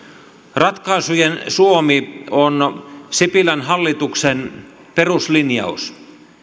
ratkaisujen suomi on sipilän hallituksen peruslinjaus